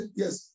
yes